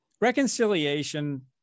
reconciliation